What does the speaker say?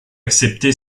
accepté